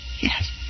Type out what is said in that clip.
Yes